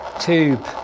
tube